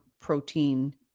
protein